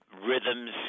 rhythms